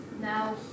now